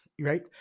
right